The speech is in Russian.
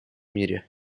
мире